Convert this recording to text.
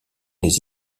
les